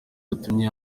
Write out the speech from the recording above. yatumye